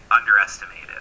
underestimated